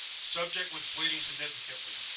subject was bleeding significantly.